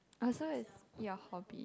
oh so is your hobby